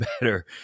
better